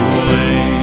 away